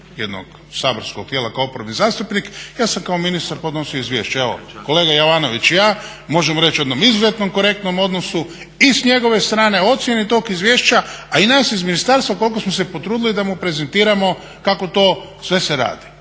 jednog saborskog tijela kao oporbeni zastupnik i ja sam kao ministar podnosio izvješće. Evo, kolega Jovanović i ja možemo reći o jednom izuzetno korektnom odnosu i s njegove strane, ocjene tog izvješća, a i nas iz ministarstva koliko smo se potrudili da mu prezentiramo kako to sve se radi.